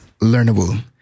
learnable